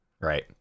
right